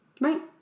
Right